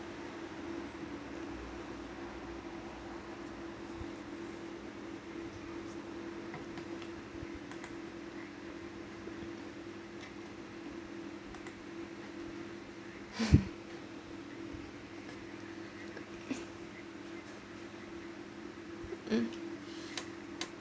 um